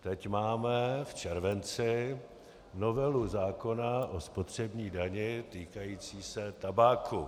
Teď máme v červenci novelu zákona o spotřební dani týkající se tabáku.